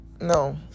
no